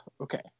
Okay